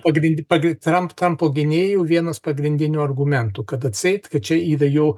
trampo gynėjų vienas pagrindinių argumentų kad atseit kad čia yra jo